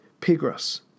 Pigros